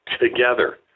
together